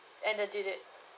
and the due date